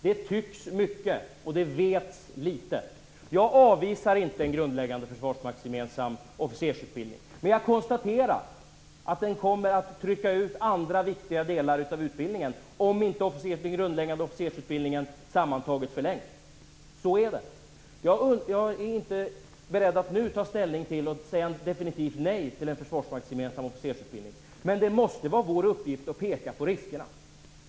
Det tycks mycket, och det vets litet. Jag avvisar inte en grundläggande försvarsmaktsgemensam officersutbildning. Men jag konstaterar att den kommer att trycka ut andra viktiga delar av utbildningen om inte den grundläggande officersutbildningen sammantaget förlängs. Så är det. Jag är inte beredd att nu ta ställning till och säga definitivt nej till en försvarsmaktsgemensam officersutbildning. Men det måste vara vår uppgift att peka på riskerna.